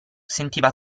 sentiva